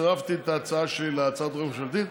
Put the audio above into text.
צירפתי את ההצעה שלי להצעת החוק הממשלתית.